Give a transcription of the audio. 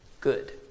good